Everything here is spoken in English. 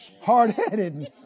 hard-headed